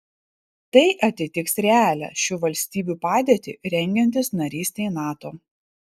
tai atitiks realią šių valstybių padėtį rengiantis narystei nato